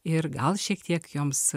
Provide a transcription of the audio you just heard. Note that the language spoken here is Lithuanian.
ir gal šiek tiek joms